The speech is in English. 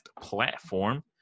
platform